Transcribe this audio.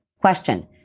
Question